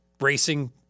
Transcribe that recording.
racing